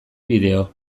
bideo